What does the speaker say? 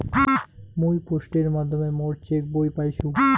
মুই পোস্টের মাধ্যমে মোর চেক বই পাইসু